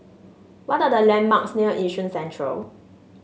what are the landmarks near Yishun Central